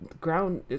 ground